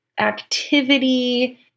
activity